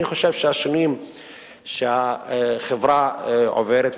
אני חושב שהשנים שהחברה עוברת,